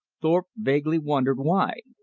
thorpe vaguely wondered why.